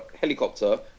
helicopter